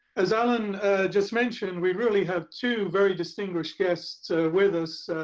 as alan just mentioned, we really have two very distinguished guests with us,